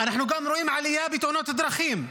אנחנו רואים גם עלייה בתאונות דרכים.